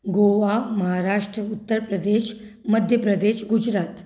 Goa Maharashtra Uttar Pradesh Madhya Pradesh Gujarat